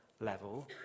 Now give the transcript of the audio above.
level